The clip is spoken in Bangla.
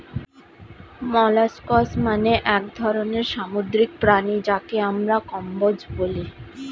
মোলাস্কস মানে এক ধরনের সামুদ্রিক প্রাণী যাকে আমরা কম্বোজ বলি